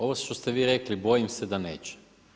Ovo što ste vi rekli bojim se da neće.